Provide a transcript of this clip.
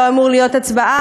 לא הייתה אמורה להיות הצבעה.